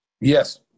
Yes